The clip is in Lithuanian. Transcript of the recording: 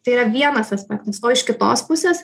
tai yra vienas aspektas o iš kitos pusės